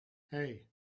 hey